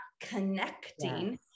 connecting